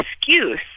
excuse